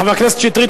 חבר הכנסת שטרית.